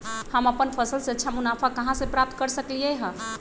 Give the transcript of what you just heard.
हम अपन फसल से अच्छा मुनाफा कहाँ से प्राप्त कर सकलियै ह?